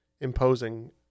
imposing